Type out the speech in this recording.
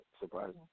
surprising